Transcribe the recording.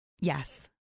Yes